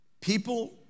people